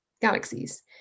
galaxies